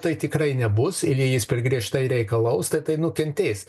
tai tikrai nebus ir jei jis per griežtai reikalaus tai tai nukentės